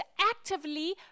actively